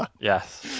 Yes